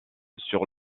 sur